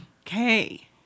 okay